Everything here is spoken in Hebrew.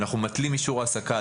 כשאנחנו מתלים אישור העסקה,